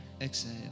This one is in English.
Exhale